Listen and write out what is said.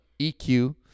EQ